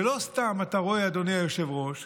ולא סתם אתה רואה, אדוני היושב-ראש,